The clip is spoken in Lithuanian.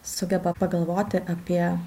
sugeba pagalvoti apie